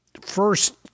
first